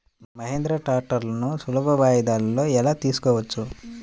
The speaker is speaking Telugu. మహీంద్రా ట్రాక్టర్లను సులభ వాయిదాలలో ఎలా తీసుకోవచ్చు?